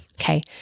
okay